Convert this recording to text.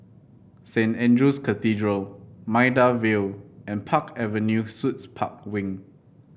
Saint Andrew's Cathedral Maida Vale and Park Avenue Suites Park Wing